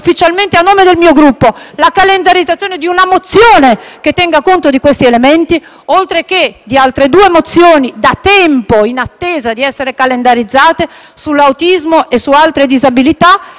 ufficialmente, a nome del mio Gruppo, la calendarizzazione di una mozione che tenga conto di questi elementi, oltre che di altre due mozioni, da tempo in attesa di essere calendarizzate, sull'autismo e su altre disabilità